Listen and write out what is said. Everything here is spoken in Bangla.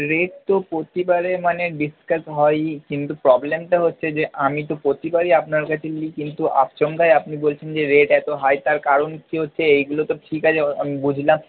রেট তো প্রতিবারে মানে ডিসকাস হয়ই কিন্তু প্রবলেমটা হচ্ছে যে আমি তো প্রতিবারই আপনার কাছে নিয়েছি কিন্তু আচমকাই আপনি বলছেন যে রেট এত হাই তার কারণ কি হচ্ছে এইগুলোতো ঠিক আছে আমি বুঝলাম